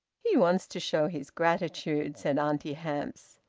he wants to show his gratitude, said auntie hamps.